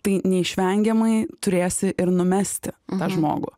tai neišvengiamai turėsi ir numesti tą žmogų